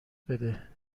بده